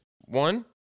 One